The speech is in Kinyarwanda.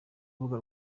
urubuga